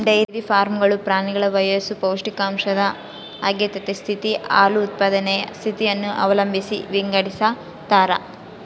dairy ಫಾರ್ಮ್ಗಳು ಪ್ರಾಣಿಗಳ ವಯಸ್ಸು ಪೌಷ್ಟಿಕಾಂಶದ ಅಗತ್ಯತೆ ಸ್ಥಿತಿ, ಹಾಲು ಉತ್ಪಾದನೆಯ ಸ್ಥಿತಿಯನ್ನು ಅವಲಂಬಿಸಿ ವಿಂಗಡಿಸತಾರ